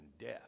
death